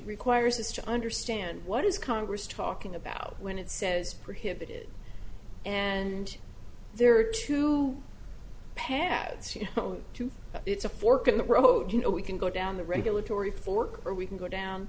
requires us to understand what is congress talking about when it says prohibited and there are two paths you know it's a fork in the road you know we can go down the regulatory fork or we can go down